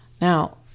Now